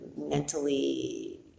mentally